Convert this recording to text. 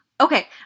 Okay